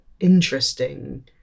interesting